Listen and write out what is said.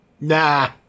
Nah